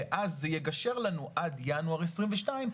ואז זה יגשר לנו עד ינואר 22',